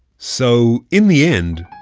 so in the end,